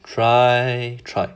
try try